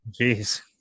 Jeez